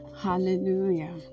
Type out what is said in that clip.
Hallelujah